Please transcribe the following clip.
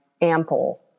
ample